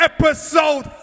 Episode